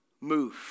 move